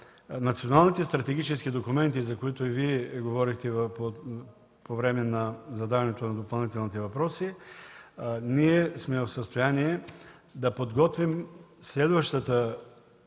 националните стратегически документи, за които и Вие говорихте по време на задаването на допълнителните въпроси, ние сме в състояние да подготвим следващата